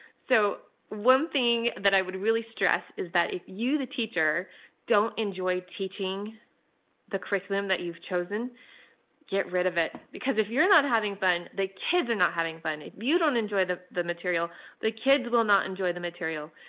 so one thing that i would really stress is that if you the teacher don't enjoy teaching the curriculum that you've chosen get rid of it because if you're not having fun the kids are not having fun. if you don't enjoy the the material the kids will not enjoy the material.